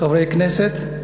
חברי הכנסת,